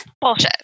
bullshit